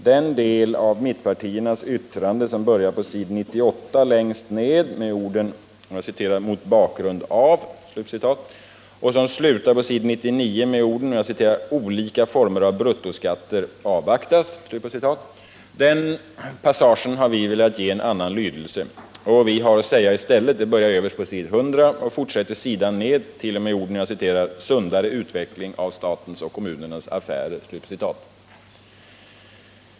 Den passage i mittenpartiernas yttrande som börjar på s. 98 längst ned med orden ”Mot bakgrund av” och som slutar på s. 99 med orden ”olika former av bruttoskatter avvaktas” har vi velat ge en annan lydelse. Vad vi har att säga i stället börjar överst på s. 108 och fortsätter sidan ner t. 0. m. orden ”sundare utveckling av statens och kommunernas affärer”. Herr talman!